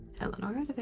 Eleanor